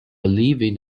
leaving